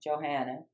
Johanna